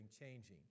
changing